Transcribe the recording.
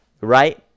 right